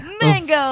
Mango